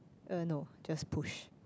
uh no just push